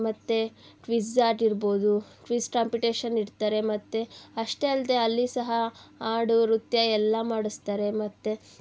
ಮತ್ತು ಕ್ವಿಝ್ ಆಗಿರ್ಬೌದು quiz competition ಇಡ್ತಾರೆ ಮತ್ತು ಅಷ್ಟೇ ಅಲ್ಲದೆ ಅಲ್ಲಿ ಸಹ ಹಾಡು ನೃತ್ಯ ಎಲ್ಲ ಮಾಡಿಸ್ತಾರೆ ಮತ್ತು